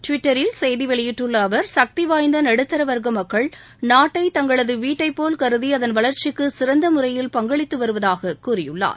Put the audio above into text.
டுவிட்டரில் செய்தி வெளியிட்டுள்ள அவர் சக்தி வாய்ந்த நடுத்தர வர்க்க மக்கள் நாட்டை தங்களது வீட்டைப்போல் கருதி அதன் வளர்ச்சிக்கு சிறந்த முறையில் பங்களித்து வருவதாக கூறியுள்ளார்